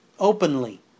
Openly